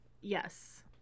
Yes